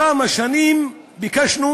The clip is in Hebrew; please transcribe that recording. כמה שנים ביקשנו